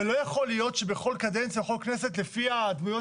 ולא יכול להיות שבכל קדנציה ובכל כנסת לפי הדמויות